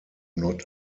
not